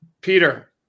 Peter